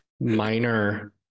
minor